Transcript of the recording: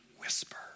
whisper